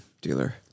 dealer